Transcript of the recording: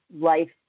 life